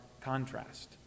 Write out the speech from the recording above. contrast